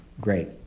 Great